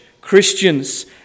Christians